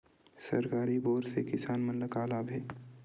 सरकारी बोर से किसान मन ला का लाभ हे?